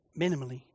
Minimally